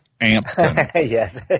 Yes